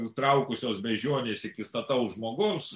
traukusios beždžionės iki stataus žmogaus